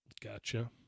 Gotcha